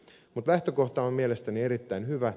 mutta lähtökohta on mielestäni erittäin hyvä